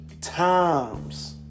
times